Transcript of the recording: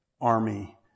army